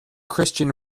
christian